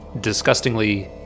disgustingly